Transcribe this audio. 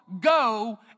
go